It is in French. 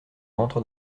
rentre